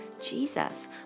Jesus